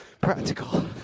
practical